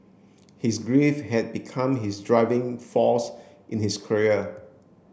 his grief had become his driving force in his career